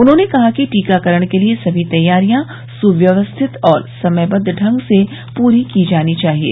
उन्होंने कहा कि टीकाकरण के लिये सभी तैयारिया सुव्यवस्थित और समयबद्व ढंग से पूरी की जानी चाहिये